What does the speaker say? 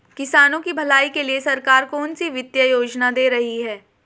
किसानों की भलाई के लिए सरकार कौनसी वित्तीय योजना दे रही है?